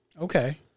Okay